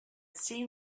seen